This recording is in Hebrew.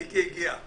מיקי הגיע.